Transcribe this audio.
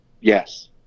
Yes